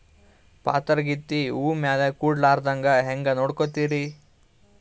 ಪಾತರಗಿತ್ತಿ ಹೂ ಮ್ಯಾಲ ಕೂಡಲಾರ್ದಂಗ ಹೇಂಗ ನೋಡಕೋತಿರಿ?